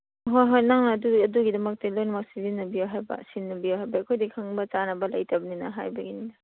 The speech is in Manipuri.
ꯍꯣꯏ ꯍꯣꯏ ꯅꯪꯅ ꯑꯗꯨꯒꯤꯗꯃꯛꯇ ꯂꯣꯏꯅꯃꯛ ꯁꯤꯖꯤꯟꯅꯕꯤꯎ ꯍꯥꯏꯕ ꯁꯤꯖꯤꯟꯅꯕꯤꯎ ꯍꯥꯏꯕ ꯑꯩꯈꯣꯏꯗꯤ ꯈꯪꯅ ꯆꯥꯟꯅꯕ ꯂꯩꯇꯕꯅꯤꯅ ꯍꯥꯏꯕꯒꯤꯅꯤꯗ